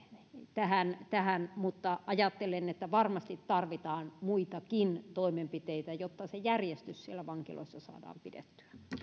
tähän arvoisa puhemies mutta sen takia ajattelen että varmasti tarvitaan muitakin toimenpiteitä jotta järjestys siellä vankiloissa saadaan pidettyä